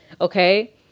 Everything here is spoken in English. Okay